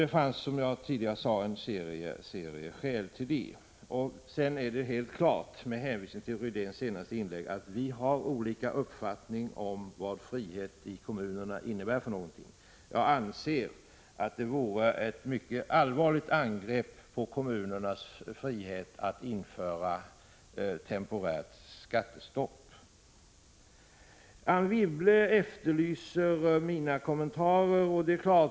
Det fanns, som jag tidigare sade, en serie skäl till det. Med hänvisning till Rune Rydéns senaste inlägg vill jag sedan säga att det är helt klart att vi har olika uppfattningar om vad frihet i kommunerna innebär. Jag anser att det vore ett mycket allvarligt angrepp på kommunernas frihet att införa temporärt skattestopp. Anne Wibble efterlyser mina kommentarer.